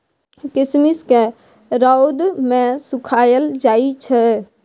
किशमिश केँ रौद मे सुखाएल जाई छै